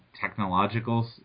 technological